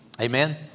Amen